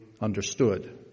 understood